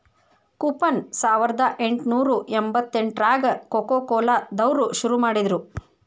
coupon ಸಾವರ್ದಾ ಎಂಟ್ನೂರಾ ಎಂಬತ್ತೆಂಟ್ರಾಗ ಕೊಕೊಕೊಲಾ ದವ್ರು ಶುರು ಮಾಡಿದ್ರು